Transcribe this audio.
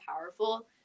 powerful